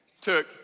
took